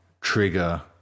trigger